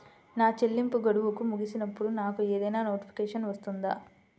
నా చెల్లింపు గడువు ముగిసినప్పుడు నాకు ఏదైనా నోటిఫికేషన్ వస్తుందా?